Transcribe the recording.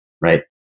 Right